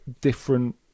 different